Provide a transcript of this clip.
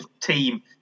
team